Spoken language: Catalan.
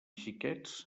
xiquets